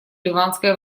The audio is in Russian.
ливанское